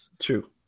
True